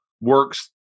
Works